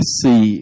see